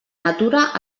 natura